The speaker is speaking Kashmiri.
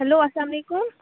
ہٮ۪لو اَسلامُ علیکُم